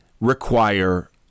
require